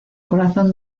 corazón